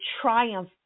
triumph